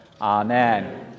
Amen